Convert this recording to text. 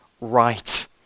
right